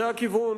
זה הכיוון.